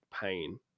pain